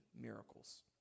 miracles